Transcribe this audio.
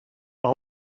out